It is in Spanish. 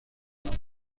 las